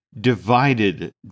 divided